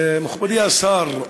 מכובדי השר,